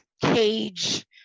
cage